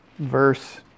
verse